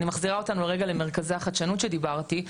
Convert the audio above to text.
אני מחזירה אותנו רגע למרכזי החדשנות שדיברתי,